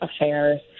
affairs